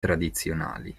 tradizionali